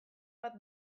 bat